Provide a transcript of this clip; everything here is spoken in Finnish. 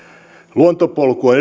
luontopolku on